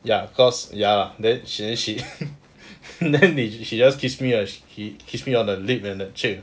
ya cause ya then she then she then she just kiss me and kissed me on the lip and the cheek ah